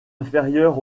inférieur